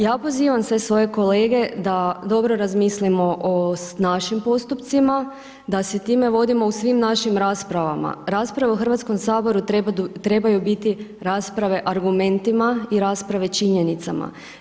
Ja pozivam sve svoje kolege da dobro razmislimo o našim postupcima, da se time vodimo u svim našim raspravama, rasprava u HS-u trebaju biti rasprave argumentima i rasprave činjenicama.